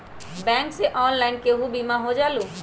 Bank से online केहु बिमा हो जाईलु?